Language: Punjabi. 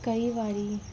ਕਈ ਵਾਰੀ